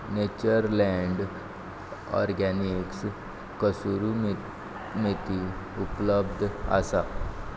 nature Land Organics कसुरी मेत मेथी उपलब्ध आसा